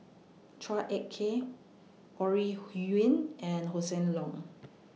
Chua Ek Kay Ore Huiying and Hossan Leong